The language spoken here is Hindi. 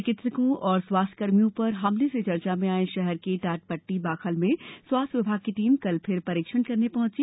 चिकित्सकों और स्वास्थ्यकर्मियों पर हमले से चर्चा में आये शहर के टाटपट्टी बाखल में स्वास्थ्य विभाग की टीम कल फिर परीक्षण करने पहॅची